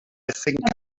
think